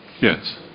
Yes